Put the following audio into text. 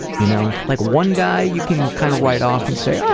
you know? like, one guy, you can kind of write off and say, oh,